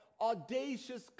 audacious